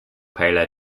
paler